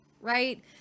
right